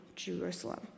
Jerusalem